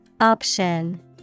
Option